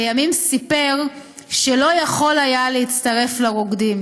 לימים סיפר שלא יכול היה להצטרף לרוקדים: